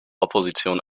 opposition